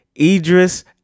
Idris